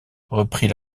reprit